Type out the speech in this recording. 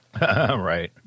Right